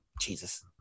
Jesus